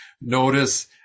Notice